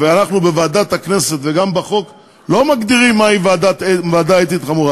ואנחנו גם בוועדת הכנסת וגם בחוק לא מגדירים מהי עבירה אתית חמורה,